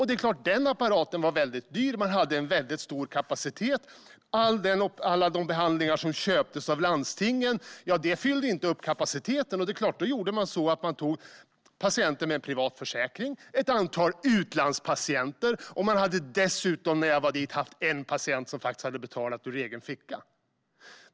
Den apparaten var såklart väldigt dyr, och man hade stor kapacitet. De behandlingar som köptes av landstingen fyllde inte upp kapaciteten, och då tog man patienter med privat försäkring och ett antal utlandspatienter. När jag var där hade man dessutom haft en patient som faktiskt hade betalat ur egen ficka.